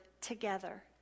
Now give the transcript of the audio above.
together